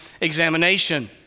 examination